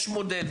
יש מודל.